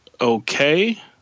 okay